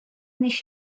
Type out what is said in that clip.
nicht